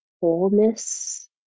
wholeness